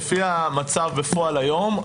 לפי המצב בפועל היום,